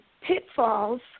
pitfalls